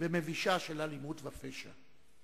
ומבישה של אלימות ופשע.